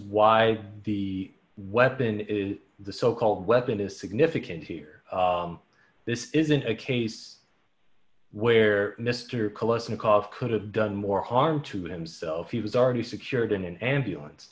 why the weapon is the so called weapon is significant here this isn't a case where mr kolesnikov could have done more harm to himself he was already secured in an ambulance